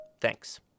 Thanks